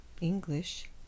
English